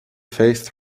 faiths